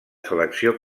selecció